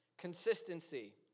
Consistency